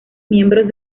miembros